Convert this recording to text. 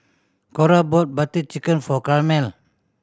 Cora brought Butter Chicken for Carmel